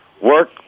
work